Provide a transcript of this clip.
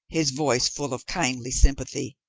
his voice full of kindly sympathy.